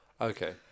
okay